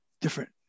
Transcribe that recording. different